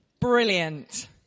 Brilliant